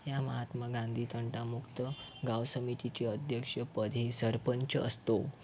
या महात्मा गांधी तंटामुक्त गावसमितीचे अध्यक्षपद हे सरपंच असतो